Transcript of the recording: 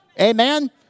Amen